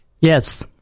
Yes